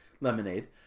lemonade